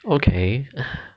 okay